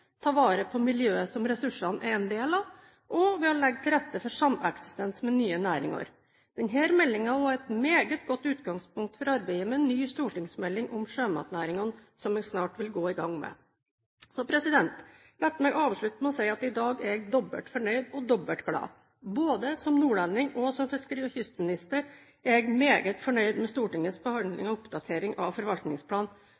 ta vare på miljøet som ressursene er en del av, og ved å legge til rette for sameksistens med nye næringer. Denne meldingen er også et meget godt utgangspunkt for arbeidet med en ny stortingsmelding om sjømatnæringen, som jeg snart vil gå i gang med. La meg avslutte med å si at i dag er jeg dobbelt fornøyd og dobbelt glad. Både som nordlending og som fiskeri- og kystminister er jeg meget fornøyd med Stortingets